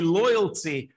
loyalty